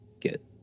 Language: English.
get